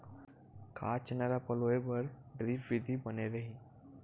का चना ल पलोय बर ड्रिप विधी बने रही?